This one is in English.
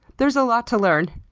there's a lot to learn.